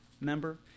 member